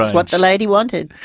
what the lady wanted.